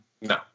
No